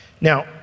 now